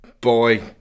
boy